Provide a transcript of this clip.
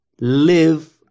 live